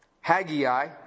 Haggai